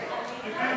161),